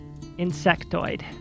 insectoid